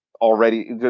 already